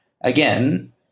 again